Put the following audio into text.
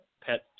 pet